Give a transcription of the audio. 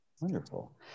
wonderful